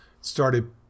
started